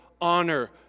honor